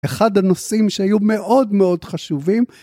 אחד הנושאים שהיו מאוד מאוד חשובים